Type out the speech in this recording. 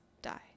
die